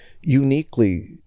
uniquely